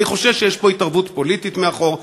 אני חושש שיש פה התערבות פוליטית מאחור.